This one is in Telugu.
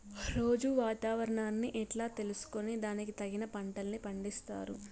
రోజూ వాతావరణాన్ని ఎట్లా తెలుసుకొని దానికి తగిన పంటలని పండిస్తారు?